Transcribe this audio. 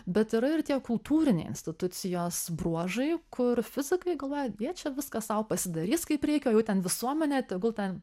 bet yra ir tie kultūriniai institucijos bruožai kur fizikai galvoja jie čia viską sau pasidarys kaip reikia o jau ten visuomenė tegul ten